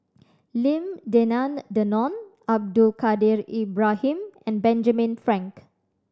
Lim Denan Denon Abdul Kadir Ibrahim and Benjamin Frank